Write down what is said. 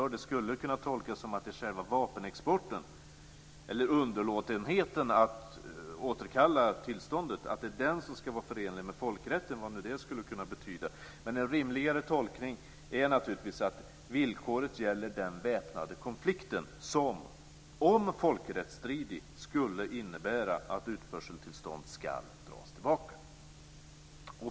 Det skulle kunna tolkas som att det är vapenexporten, eller underlåtenheten att återkalla tillståndet, som ska vara förenlig med folkrätten - vad nu det skulle kunna betyda. En rimligare tolkning är naturligtvis att villkoret gäller den väpnade konflikt som, om folkrättsstridig, skulle innebära att utförseltillstånd ska dras tillbaka.